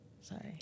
Sorry